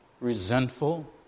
resentful